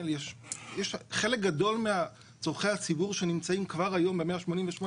חלק גדול מצורכי הציבור שנמצאים כבר היום ב-188,